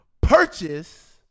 purchase